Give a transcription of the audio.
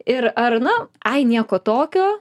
ir ar na ai nieko tokio